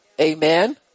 Amen